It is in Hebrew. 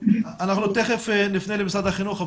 אנחנו תיכף נפנה למשרד החינוך.